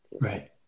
Right